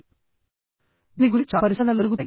దీని గురించి చాలా పరిశోధనలు జరుగుతున్నాయి